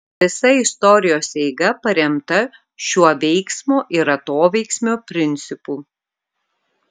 visa istorijos eiga paremta šiuo veiksmo ir atoveiksmio principu